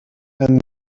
and